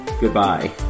goodbye